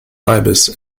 ibis